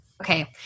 Okay